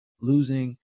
losing